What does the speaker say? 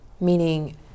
Meaning